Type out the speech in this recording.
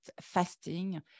fasting